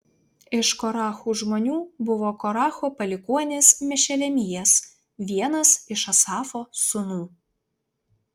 iš korachų žmonių buvo koracho palikuonis mešelemijas vienas iš asafo sūnų